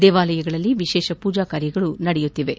ದೇವಾಲಯಗಳಲ್ಲಿ ವಿಶೇಷ ಮೂಜಾ ಕಾರ್ಯಗಳು ನಡೆಯುತ್ತಿವೆ